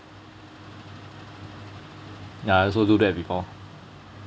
ya I also do that before